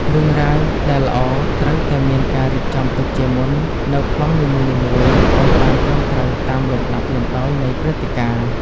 រឿងរ៉ាវដែលល្អត្រូវតែមានការរៀបចំទុកជាមុននូវប្លង់នីមួយៗឱ្យបានត្រឹមត្រូវតាមលំដាប់លំដោយនៃព្រឹត្តិការណ៍។